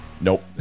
nope